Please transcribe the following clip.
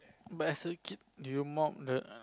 but as a kid do you the